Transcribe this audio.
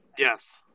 Yes